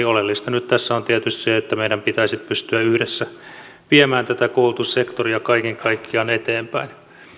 oleellista tässä nyt on tietysti se että meidän pitäisi pystyä yhdessä viemään tätä koulutussektoria kaiken kaikkiaan eteenpäin